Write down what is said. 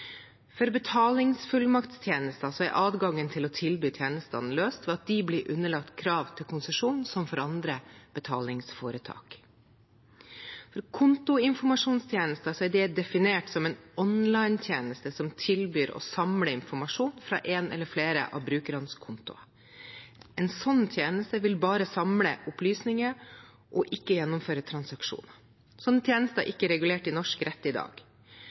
For betalingsfullmakttjenester er adgangen til å tilby tjenestene løst ved at de blir underlagt krav til konsesjon som for andre betalingsforetak. Når det gjelder kontoinformasjonstjenester, er det definert som en online-tjeneste som tilbyr å samle informasjon fra en eller flere av brukernes kontoer. En sånn tjeneste vil bare samle opplysninger og ikke gjennomføre transaksjoner. Sånne tjenester er ikke regulert i norsk rett i dag.